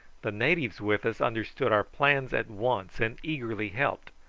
the natives with us understood our plans at once, and eagerly helped,